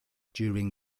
during